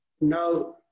Now